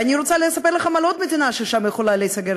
ואני רוצה לספר לכם על עוד מדינה שהשגרירות שם יכולה להיסגר,